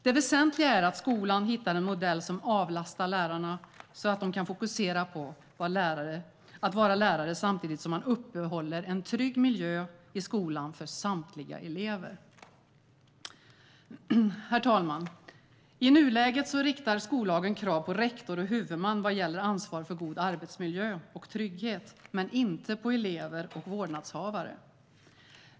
Det väsentliga är att skolan hittar en modell som avlastar lärarna, så att de kan fokusera på att vara lärare, samtidigt som man upprätthåller en trygg miljö i skolan för samtliga elever. Herr talman! I nuläget riktar skollagen krav på rektor och huvudman när det gäller ansvar för god arbetsmiljö och trygghet, men inte på elever och vårdnadshavare.